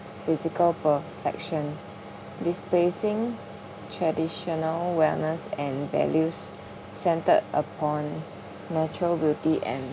physical perfection displacing traditional wellness and values centered upon natural beauty and